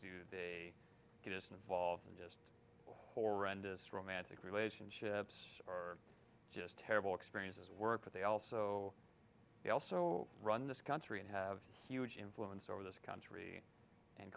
do they get us involved in just horrendous romantic relationships or just terrible experiences work but they also they also run this country and have huge influence over this country and